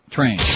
Train